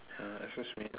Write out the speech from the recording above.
ya excuse me